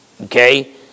Okay